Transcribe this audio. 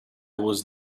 was